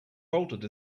bolted